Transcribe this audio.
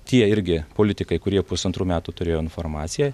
tie irgi politikai kurie pusantrų metų turėjo informaciją